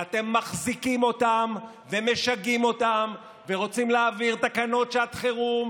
ואתם מחזיקים אותם ומשגעים אותם ורוצים להעביר תקנות שעת חירום,